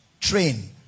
Train